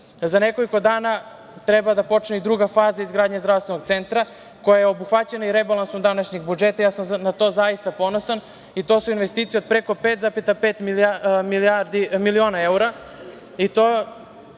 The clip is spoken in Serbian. nekoliko dana treba da počne i druga faza izgradnje zdravstvenog centra koja je obuhvaćena i rebalansom današnjeg budžeta. Zaista sam na to ponosan i to su investicije od preko 5,5 miliona evra.